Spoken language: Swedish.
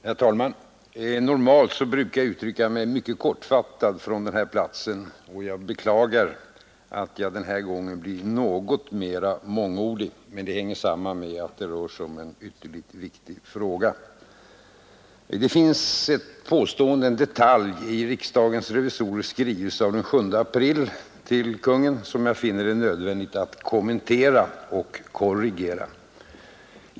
Herr talman! Normalt brukar jag uttrycka mig mycket kortfattat från den här platsen, och jag beklagar att jag den här gången blir något mera mångordig. Det hänger samman med att det rör sig om en ytterst viktig fråga. Det finns ett påstående, en detalj, i riksdagens revisorers skrivelse av den 7 april till Kungl. Maj:t som jag finner nödvändigt att kommentera — och korrigera.